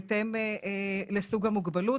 בהתאם לסוג המוגבלות,